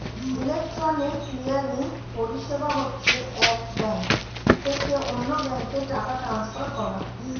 electronic clearing পরিষেবা হচ্ছে এক ব্যাঙ্ক থেকে অন্য ব্যাঙ্কে টাকা ট্রান্সফার করা